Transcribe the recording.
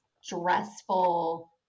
stressful